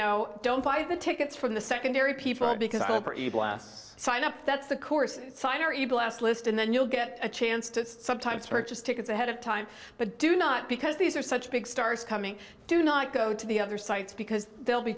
know don't buy the tickets from the secondary people because of her evil ass sign up that's the course sign or you blast list and then you'll get a chance to sometimes purchase tickets ahead of time but do not because these are such big stars coming do not go to the other sites because they'll be